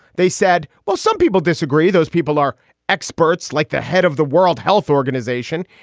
they said, well, some people disagree. those people are experts like the head of the world health organization.